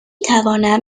توانم